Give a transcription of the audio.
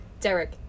derek